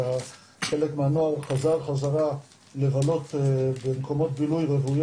שחלק מהנוער חזר חזרה לבלות במקומות בילוי רווי